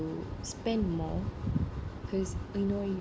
spend more cause I know you